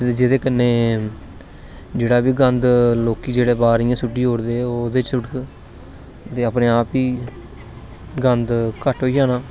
जेहदे कन्नै जेहड़ा बी गंद लोकी जेहडे़ बाहर इयां सुट्टी ओड़दे ओह् ओहदे च सुटङन ते अपने आप गी गंद घट्ट होई जाना